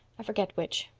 i forget which.